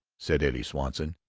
said eddie swanson.